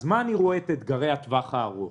אז איך אני רואה את אתגרי הטווח הארוך?